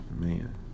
man